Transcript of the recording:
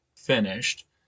finished